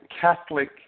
Catholic